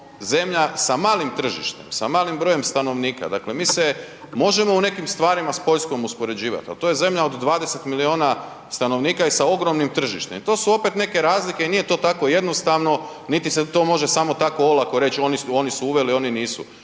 zemlja sa malim tržištem, sa malim brojem stanovnika, dakle mi se možemo u nekim stvarima s Poljskom uspoređivati, ali to je zemlja od 20 miliona stanovnika i sa ogromnim tržištem. I to opet neke razlike i nije to tako jednostavno, niti se to može samo tako olako reći oni su uveli, oni nisu.